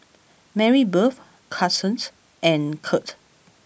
Marybeth Carsen and Curt